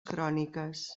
cròniques